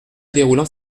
déroulant